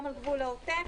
גם על גבול העוטף.